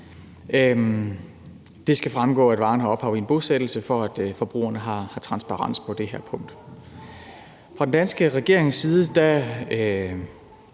Det skal fremgå, at varen har ophav i en bosættelse, for at forbrugerne har transparens på det her punkt. Jeg er jo ikke minister selv,